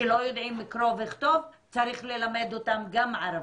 שלא יודעים קרוא וכתוב, צריך ללמד אותם גם ערבית,